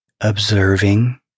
observing